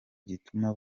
gituma